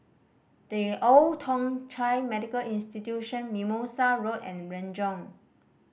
The Old Thong Chai Medical Institution Mimosa Road and Renjong